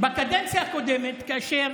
בקדנציה הקודמת, כאשר